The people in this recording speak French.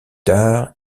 tard